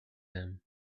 them